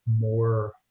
more